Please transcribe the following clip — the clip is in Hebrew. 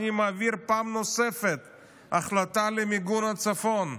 העברתי פעם נוספת החלטה על מיגון הצפון.